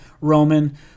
Roman